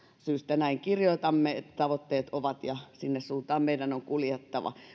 syystä näin kirjoitamme tavoitteet ovat nämä ja sinne suuntaan meidän on kuljettava